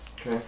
okay